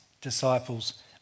disciples